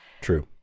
True